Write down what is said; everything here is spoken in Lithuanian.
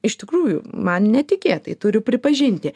iš tikrųjų man netikėtai turiu pripažinti